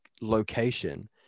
location